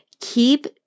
keep